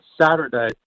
Saturday